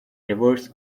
reverse